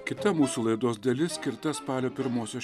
kita mūsų laidos dalis skirta spalio pirmosios